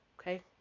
Okay